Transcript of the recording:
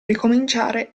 ricominciare